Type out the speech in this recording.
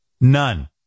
None